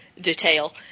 detail